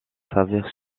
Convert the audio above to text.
traverse